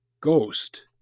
ghost